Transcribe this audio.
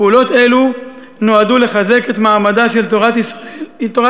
פעולות אלו נועדו לחזק את מעמדה של תורת ישראל